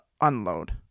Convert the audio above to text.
unload